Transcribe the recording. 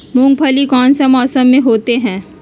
मूंगफली कौन सा मौसम में होते हैं?